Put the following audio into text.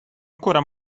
ancora